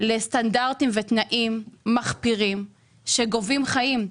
לסטנדרטים ותנאים מחפירים שגובים חיים.